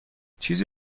چیزی